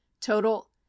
Total